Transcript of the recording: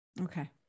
Okay